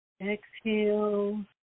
exhale